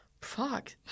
Fuck